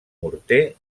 morter